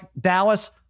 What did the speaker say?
Dallas